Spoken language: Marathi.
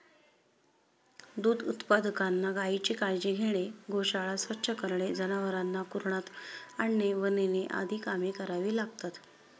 दूध उत्पादकांना गायीची काळजी घेणे, गोशाळा स्वच्छ करणे, जनावरांना कुरणात आणणे व नेणे आदी कामे करावी लागतात